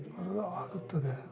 ಎಲ್ಲ ಆಗುತ್ತದೆ